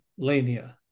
lania